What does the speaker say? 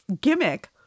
gimmick